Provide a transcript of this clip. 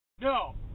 no